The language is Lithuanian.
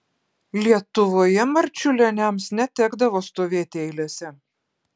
lietuvoje marčiulioniams netekdavo stovėti eilėse